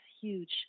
huge